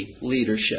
leadership